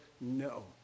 No